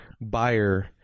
buyer